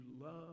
love